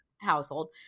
household